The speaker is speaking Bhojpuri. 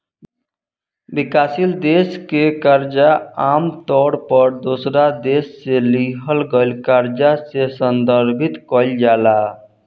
विकासशील देश के कर्जा आमतौर पर दोसरा देश से लिहल गईल कर्जा से संदर्भित कईल जाला